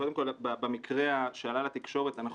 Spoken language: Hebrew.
קודם כל במקרה שעלה לתקשורת אנחנו